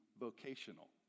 vocational